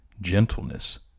gentleness